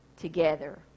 together